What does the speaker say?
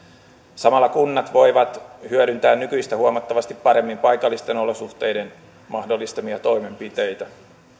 samalla kunnat voivat hyödyntää nykyistä huomattavasti paremmin paikallisten olosuhteiden mahdollistamia toimenpiteitä